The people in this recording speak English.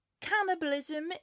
Cannibalism